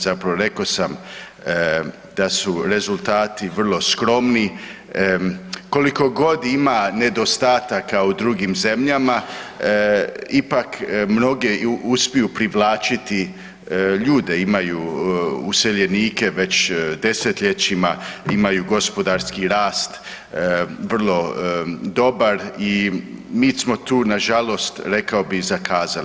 Zapravo rekao sam da su rezultati vrlo skromni, koliko god ima nedostataka u drugim zemljama ipak mnoge uspiju privlačiti ljude, imaju useljenike već desetljećima, imaju gospodarski rast vrlo dobar i mi smo tu nažalost rekao bih zakazali.